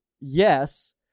Yes